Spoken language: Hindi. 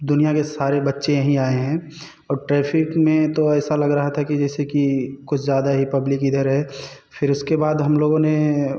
दुनिया के सारे बच्चे यहीं आए हैं और ट्रैफ़िक में तो ऐसा लग रहा था कि जैसे कि कुछ ज़्यादा ही पब्लिक इधर है फ़िर उसके बाद हम लोगों ने